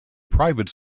private